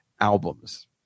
albums